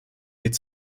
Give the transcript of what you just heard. geht